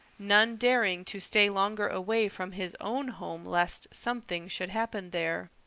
none daring to stay longer away from his own home lest something should happen there.